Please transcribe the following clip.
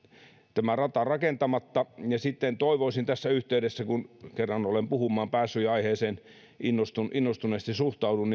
tämä rata rakentamatta ja sitten toivoisin hartaasti tässä yhteydessä kun kerran olen puhumaan päässyt ja aiheeseen innostuneesti innostuneesti suhtaudun